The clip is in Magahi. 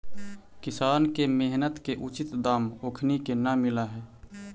किसान के मेहनत के उचित दाम ओखनी के न मिलऽ हइ